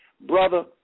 Brother